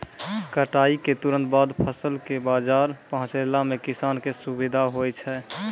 कटाई क तुरंत बाद फसल कॅ बाजार पहुंचैला सें किसान कॅ सुविधा होय छै